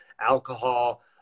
alcohol